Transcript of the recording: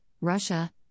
Russia